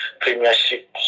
Premiership